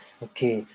okay